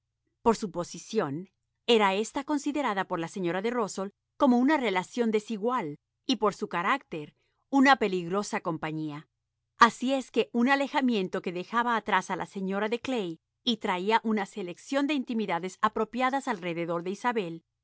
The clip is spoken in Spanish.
por su posición era ésta considerada por la señora de rusell como una relación desigual y por su carácter una peligrosa compañía así es que un alejamiento que dejaba atrás a la señora de clay y traía una selección de intimidades apropiadas alrededor de